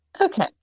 Okay